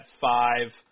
five